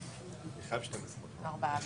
ארבעה.